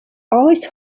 ice